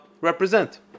represent